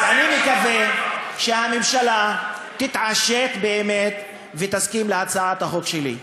אז אני מקווה שהממשלה תתעשת באמת ותסכים להצעת החוק שלי.